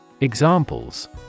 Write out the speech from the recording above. Examples